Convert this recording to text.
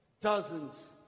dozens